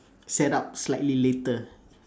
set up slightly later